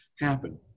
happen